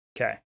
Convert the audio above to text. Okay